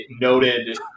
noted